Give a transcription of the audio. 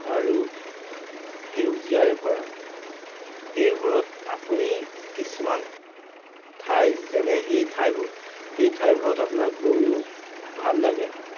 আৰু সেউজীয়াৰে ভৰা সেইবোৰত আপুনি কিছুমান ঠাই যেনে সেই ঠাইবোৰ সেই ঠাইবোৰত আপোনাৰ গৈও ভাল লাগে